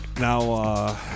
Now